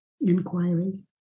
inquiry